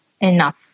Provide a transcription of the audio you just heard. enough